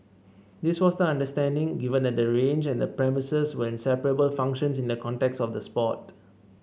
this was the understanding given that the range and the premises were inseparable functions in the context of the sport